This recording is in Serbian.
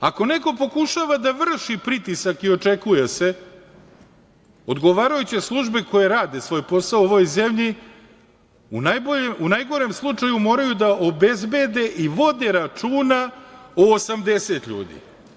Ako neko pokušava da vrši pritisak i očekuje se, odgovarajuće službe koje rade svoj posao u ovoj zemlji u najgorem slučaju moraju da obezbede i vode računa o 80 ljudi.